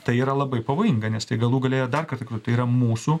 tai yra labai pavojinga nes tai galų gale jie dar kartą tai yra mūsų